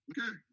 Okay